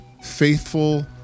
faithful